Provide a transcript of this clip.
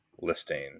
listing